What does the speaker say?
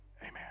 amen